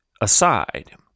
aside